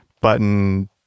button